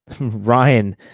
Ryan